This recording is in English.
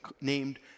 named